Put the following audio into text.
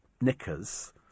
knickers